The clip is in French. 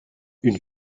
une